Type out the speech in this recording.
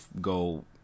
go